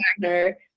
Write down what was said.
wagner